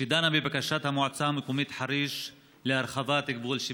שדנה בבקשת המועצה המקומית חריש להרחבת גבול שיפוטה.